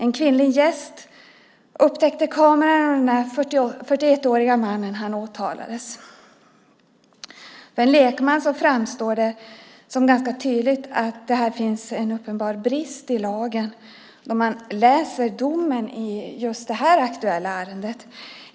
En kvinnlig gäst upptäckte kameran, och den 41-årige mannen åtalades. För en lekman framstår det som en uppenbar brist i lagen när man läser domen i det aktuella ärendet.